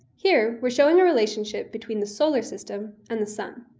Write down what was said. here, we're showing a relationship between the solar system and the sun.